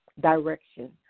direction